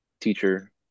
teacher